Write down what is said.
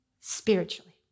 spiritually